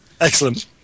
Excellent